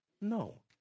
No